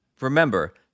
Remember